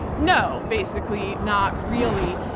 no. basically, not really.